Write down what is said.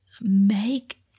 make